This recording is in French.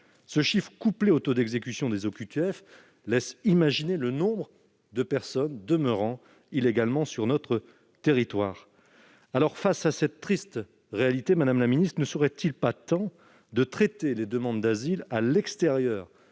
Ce chiffre, couplé au taux d'exécution des OQTF, laisse imaginer le nombre de personnes demeurant illégalement sur notre territoire. Madame la ministre, face à cette triste réalité, ne serait-il pas temps de traiter les demandes d'asile à l'extérieur